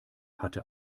hatte